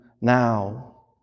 now